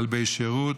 כלבי שירות,